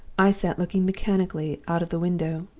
i sat looking mechanically out of the window,